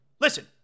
Listen